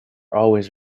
always